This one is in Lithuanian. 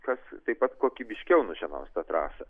kas taip pat kokybiškiau nušienaus tą trasą